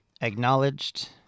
Acknowledged